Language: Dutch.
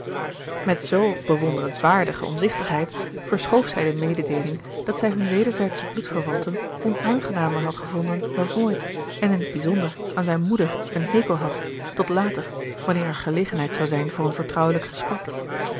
met zoo bewonderenswaardige omzichtigheid verschoof zij de mededeeling dat zij hun wederzijdsche bloedverwanten onaangenamer had gevonden dan ooit en in t bijzonder aan zijn moeder een hekel had tot later wanneer er gelegenheid zou zijn voor een vertrouwelijk gesprek